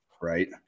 Right